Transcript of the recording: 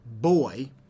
boy